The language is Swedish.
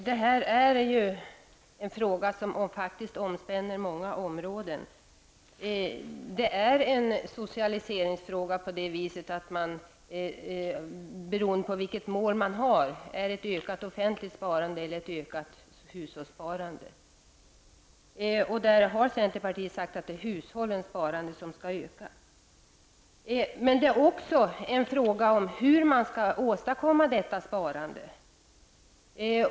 Fru talman! Denna fråga omspänner många områden. Det är en socialiseringsfråga beroende på vilket mål man har, ett ökat offentligt sparande eller ett ökat hushållssparande. Centerpartiet har sagt att det är hushållens sparande som skall ökas. Men det är också en fråga om hur man skall åstadkomma detta sparande.